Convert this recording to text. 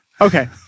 Okay